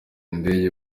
ndege